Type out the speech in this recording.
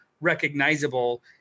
recognizable